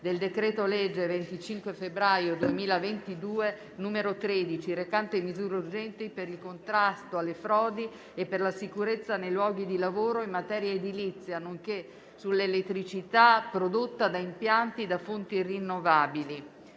del decreto-legge 25 febbraio 2022, n. 13, recante misure urgenti per il contrasto alle frodi e per la sicurezza nei luoghi di lavoro e in materia edilizia, nonché sull'elettricità prodotta da impianti da fonti rinnovabili»